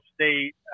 State